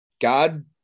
God